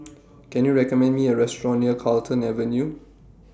Can YOU recommend Me A Restaurant near Carlton Avenue